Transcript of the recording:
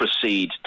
proceed